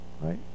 Right